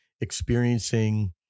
experiencing